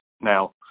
now